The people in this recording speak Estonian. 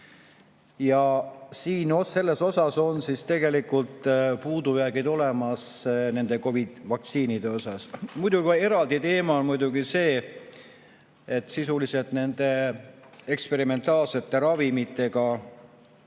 Selles osas on tegelikult puudujäägid olemas nende COVID‑i vaktsiinide puhul. Eraldi teema on muidugi see, et sisuliselt nende eksperimentaalsete ravimitega,